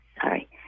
sorry